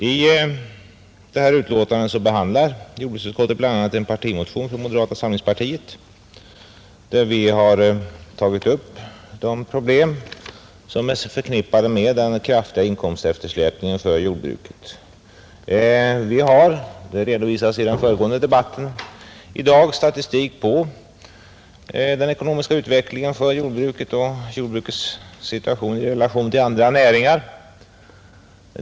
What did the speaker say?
I detta betänkande behandlar jordbruksutskottet bl.a. en partimotion från moderata samlingspartiet, i vilken vi har tagit upp de problem som är förknippade med den kraftiga inkomsteftersläpningen för jordbruket. Som redovisades i den föregående debatten har vi i dag en statistik som visar den ekonomiska utvecklingen för jordbruket och jordbrukets situation i relation till andra näringar.